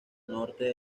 norte